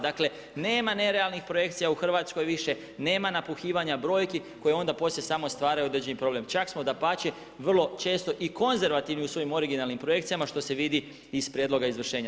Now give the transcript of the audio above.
Dakle, nema nerealnih projekcija u Hrvatskoj, nema napuhivanja brojki koje onda poslije samo stvaraju određeni problem, čak smo dapače vrlo često i konzervativni u svojim originalnim projekcijama što se vidi iz prijedloga izvršenja.